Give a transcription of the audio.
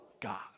God